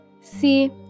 See